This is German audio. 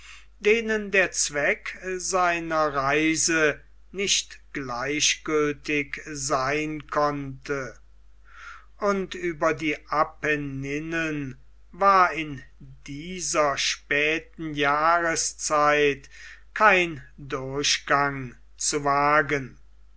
denen der zweck seiner reise nicht gleichgültig sein konnte und über die apenninen war in dieser späten jahreszeit kein durchgang zu wagen